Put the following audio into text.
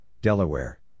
Delaware